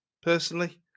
personally